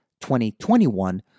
2021